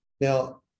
Now